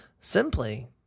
Simply